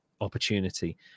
opportunity –